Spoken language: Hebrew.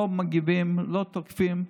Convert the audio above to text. לא מגיבים ולא תוקפים.